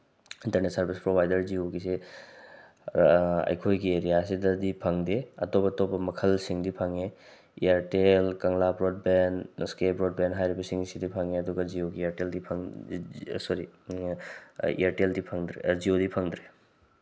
internet service provider ꯖꯤꯌꯣꯒꯤꯁꯦ ꯑꯩꯈꯣꯏꯒꯤ ꯑꯦꯔꯤꯌꯥꯁꯤꯗꯗꯤ ꯐꯪꯗꯦ ꯑꯇꯣꯞ ꯑꯇꯣꯞꯄ ꯃꯈꯜꯁꯤꯡꯗꯤ ꯐꯪꯉꯦ ꯏꯌꯥꯔꯇꯦꯜ ꯀꯪꯂꯥ ꯕ꯭ꯔꯣꯠꯕꯦꯟ ꯏꯁꯀꯦ ꯕ꯭ꯔꯣꯠꯕꯦꯟ ꯍꯥꯏꯔꯤꯕꯁꯤꯡꯁꯤꯗꯤ ꯐꯪꯉꯤ ꯑꯗꯨꯒ ꯖꯤꯌꯣꯒ ꯏꯌꯔꯇꯦꯜꯗꯤ ꯁꯣꯔꯤ ꯏꯌꯔꯇꯦꯜꯗꯤ ꯐꯪꯗ꯭ꯔꯦ ꯖꯤꯌꯣꯗꯤ ꯐꯪꯗ꯭ꯔꯦ